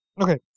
Okay